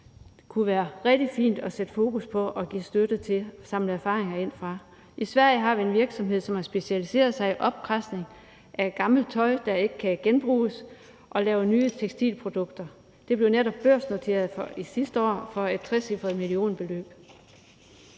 kunne være rigtig fint at sætte fokus på, give støtte til og samle erfaringer ind fra. I Sverige er der en virksomhed, som har specialiseret sig i opkradsning af gammelt tøj, der ikke kan genbruges, og som laver nye tekstilprodukter ud af det. De blev netop børsnoteret sidste år for et trecifret millionbeløb.